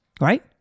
right